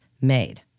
made